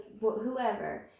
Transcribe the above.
whoever